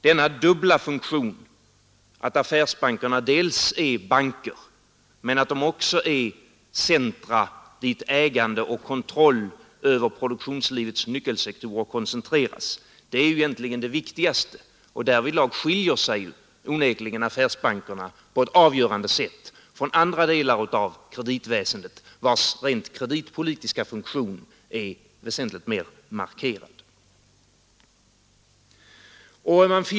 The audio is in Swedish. Denna dubbla funktion — att affärsbankerna dels är banker, dels också är centra dit ägande och kontroll över produktionslivets nyckelsektorer koncentreras — är egentligen det viktigaste. Därvidlag skiljer sig onekligen affärsbankerna på ett avgörande sätt från andra delar av kreditväsendet, vilkas rent kreditpolitiska funktion är väsentligt mer markerad.